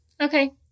Okay